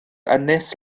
ynys